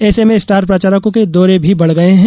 ऐसे में स्टार प्रचारकों के दौरे भी बढ़ गये हैं